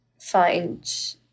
find